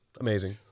amazing